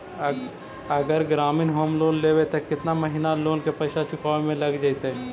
अगर ग्रामीण home loan लेबै त केतना महिना लोन के पैसा चुकावे में लग जैतै?